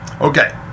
Okay